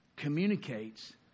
Communicates